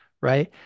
right